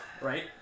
right